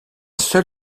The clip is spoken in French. seul